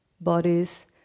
bodies